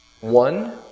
one